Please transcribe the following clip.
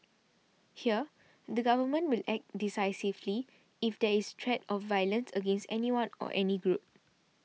here the government will act decisively if there is threat of violence against anyone or any group